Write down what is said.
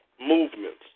movements